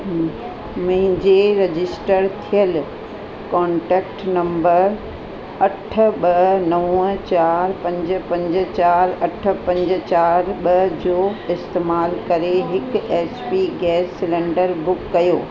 मुंहिंजे रजिस्टर थियलु contact number अठ ॿ नव चारि पंज पंज चारि अठ पंज चारि ॿ जो इस्तेमाल करे हिकु एचपी गैस सिलैंडर बुक कयो